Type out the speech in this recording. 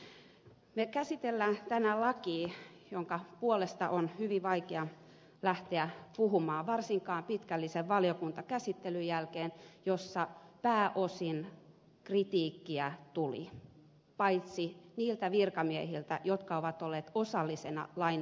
me käsittelemme tänään lakia jonka puolesta on hyvin vaikea lähteä puhumaan varsinkaan pitkällisen valiokuntakäsittelyn jälkeen jossa pääosin kritiikkiä tuli niiltä virkamiehiltä jotka ovat olleet osallisina lain valmistelussa